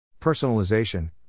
Personalization